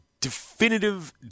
definitive